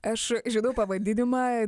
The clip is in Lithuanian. aš žinau pavadinimą